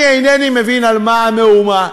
אני אינני מבין על מה המהומה.